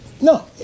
No